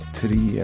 tre